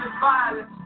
violence